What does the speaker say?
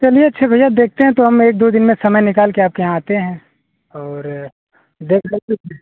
चलिए अच्छा भैया देखते हैं तो हम एक दो दिन में समय निकाल के आपके यहाँ आते हैं और देख लेंगे फिर